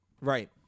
Right